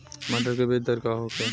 मटर के बीज दर का होखे?